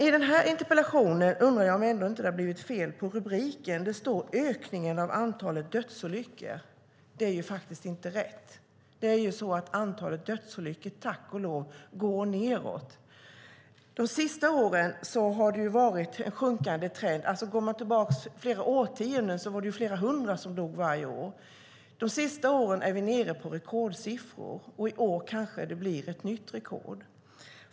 I den här interpellationen undrar jag ändå om det inte blivit fel på rubriken "Ökningen av antalet dödsolyckor". Det är faktiskt inte rätt. Antalet dödsolyckor går tack och lov nedåt. De senaste åren har det varit en sjunkande trend. Flera årtionden tillbaka i tiden var det flera hundra som dog varje år. De senaste åren har vi varit nere på rekordlåga siffror. I år kanske det blir ett nytt rekord.